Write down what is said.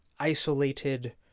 isolated